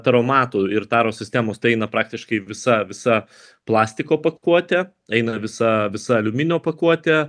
taromatų ir taros sistemos tai eina praktiškai visa visa plastiko pakuotė eina visa visa aliuminio pakuotė